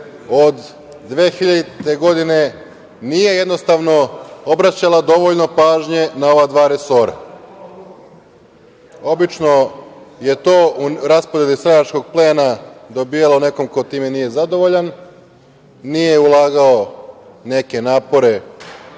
od 2000. godine nije, jednostavno, obraćala dovoljno pažnje na ova dva resora. Obično je to u raspodeli stranačkog plena dobijao neko ko time nije zadovoljan, nije ulagao neke napore